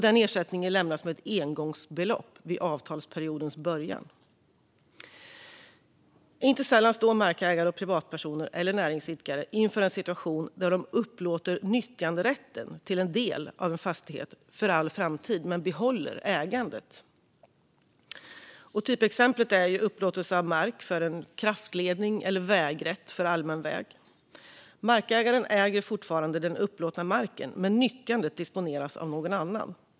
Den ersättningen lämnas som ett engångsbelopp vid avtalsperiodens början. Inte sällan står markägare och privatpersoner, eller näringsidkare, inför en situation där de upplåter nyttjanderätten till en del av en fastighet för all framtid men behåller ägandet. Typexemplet är upplåtelse av mark för en kraftledning eller vägrätt för allmän väg. Markägare äger fortfarande den upplåtna marken men nyttjandet disponeras av någon annan.